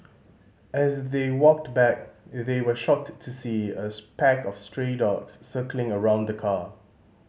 as they walked back they were shocked to see a pack of stray dogs circling around the car